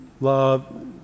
love